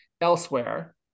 elsewhere